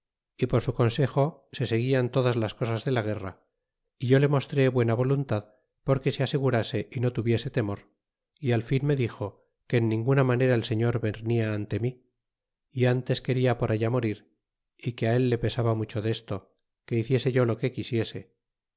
é por sus con sejo se seguian todas las cosas de la guerra y yo le mostré buena voluntad porque se asegurase y no tuviese temor y al fin me dixo que en ninguna manera el s ñor venda ante mi y ntes quena por allá morir y que á él pesaba mucho de esto quehi ciese yo lo que quisiese